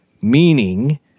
meaning